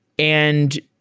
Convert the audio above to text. and